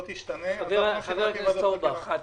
לא תשתנה --- חבר הכנסת אורבך,